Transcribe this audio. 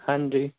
ਹਾਂਜੀ